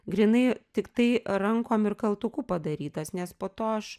grynai tiktai rankom ir kaltuku padarytas nes po to aš